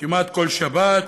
כמעט כל שבת.